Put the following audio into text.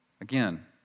Again